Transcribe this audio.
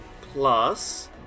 plus